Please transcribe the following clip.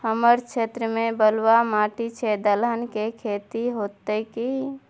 हमर क्षेत्र में बलुआ माटी छै, दलहन के खेती होतै कि?